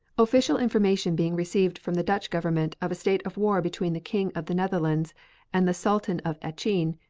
official information being received from the dutch government of a state of war between the king of the netherlands and the sultan of acheen,